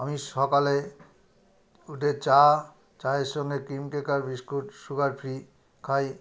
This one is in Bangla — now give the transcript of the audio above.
আমি সকালে উঠে চা চায়ের সঙ্গে ক্রিমকেকার বিস্কুট সুগার ফ্রি খাই